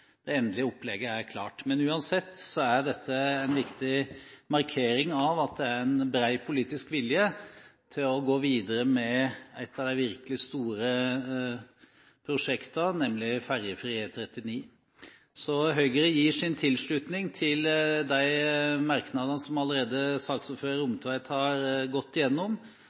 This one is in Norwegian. det endelige opplegget er klart. Men uansett er dette en viktig markering av at det er en bred politisk vilje til å gå videre med et av de virkelig store prosjektene, nemlig Ferjefri E39. Høyre gir sin tilslutning til de merknadene som saksordføreren Rommetveit allerede har gått igjennom,